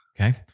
Okay